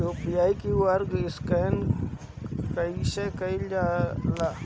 UPI QR scan कइसे कईल जा ला?